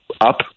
up